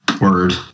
Word